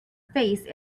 face